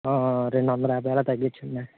రెండొందల యాభై అలా తగ్గిచ్చండి